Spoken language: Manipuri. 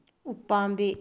ꯎ ꯄꯥꯝꯕꯤ